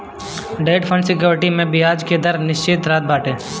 debt fund security में बियाज के दर निश्चित रहत बाटे